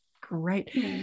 Great